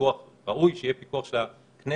פיקוח; ראוי שיהיה פיקוח של הכנסת,